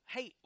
Hey